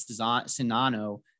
Sinano